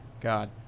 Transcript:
god